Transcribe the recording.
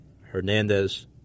Hernandez